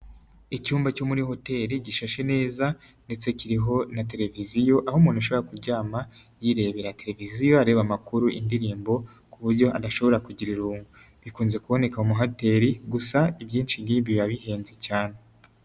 Icyumba cyo muri hoteri gishashe neza ndetse kiriho na televiziyo aho umuntu ashobora kuryama yirebera televiziyo, areba amakuru, indirimbo, ku buryo adashobora kugira irungu, bikunze kuboneka mu mahoteri gusa ibyinshi nk'ibi biba bihenze cyane.